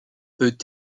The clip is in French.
peut